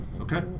Okay